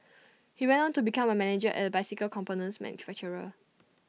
he went on to become A manager at A bicycle components manufacturer